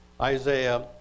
Isaiah